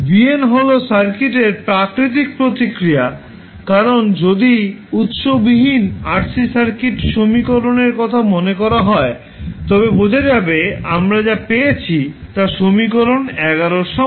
vn হল সার্কিটের প্রাকৃতিক প্রতিক্রিয়া কারণ যদি উৎস বিহীন RC সার্কিট সমীকরণ এর কথা মনে করা হয় তবে বোঝা যাবে আমরা যা পেয়েছি তা সমীকরণ এর সমান